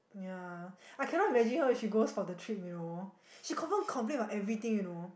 yeah I cannot imagine her if she goes for the trip you know she confirm complain about everything you know